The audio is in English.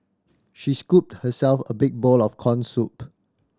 she scooped herself a big bowl of corn soup